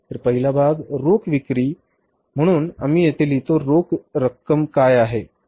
तर पहिला भाग रोख विक्री आहे म्हणून आम्ही येथे लिहितो रोख विक्री रक्कम काय आहे